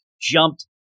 jumped